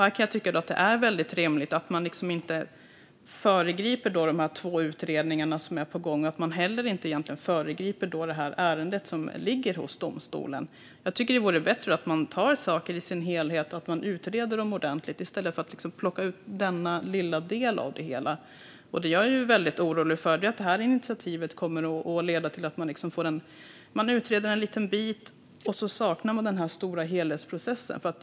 Här kan jag tycka att det är rimligt att man inte föregriper de två utredningar som är på gång och att man heller inte föregriper det ärende som ligger hos domstolen. Jag tycker att det vore bättre att ta saker i deras helhet och utreda dem ordentligt i stället för att plocka ut en liten del av det hela. Det som jag är orolig för är att det initiativet kommer att leda till att man utreder en liten bit och sedan saknar den stora helhetsprocessen.